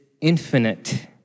infinite